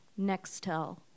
Nextel